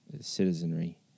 citizenry